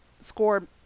score